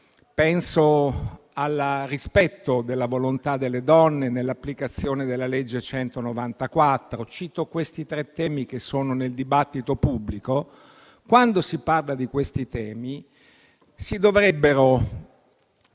penso al rispetto della volontà delle donne nell'applicazione della legge n. 194 del 1978. Cito questi tre temi che sono nel dibattito pubblico. Quando si parla di questi temi, si dovrebbero